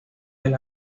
del